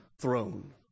throne